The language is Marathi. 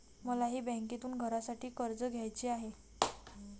मलाही बँकेतून घरासाठी कर्ज घ्यायचे आहे